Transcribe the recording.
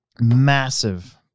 massive